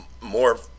more